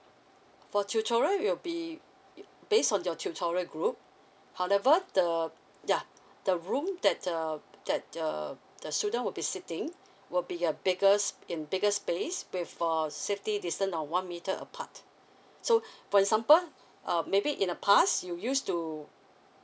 for tutorial it will be it based on your tutorial group however the ya the room that uh that uh the student would be seating will be a bigger s~ in bigger space with a safety distance of one metre apart so for example um maybe in a past you used to